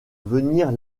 venir